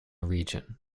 region